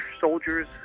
soldiers